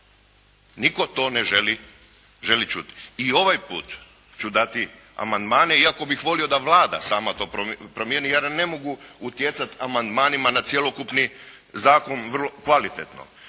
nitko to ne želi čuti. I ovaj puta ću dati amandmane iako bih volio da Vlada sama to promijeni, ja ne mogu utjecati amandmanima na cjelokupni zakon vrlo kvalitetno